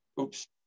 Oops